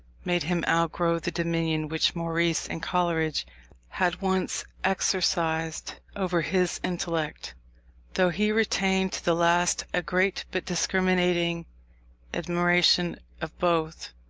made him outgrow the dominion which maurice and coleridge had once exercised over his intellect though he retained to the last a great but discriminating admiration of both,